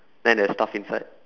then there's stuff inside